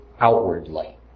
outwardly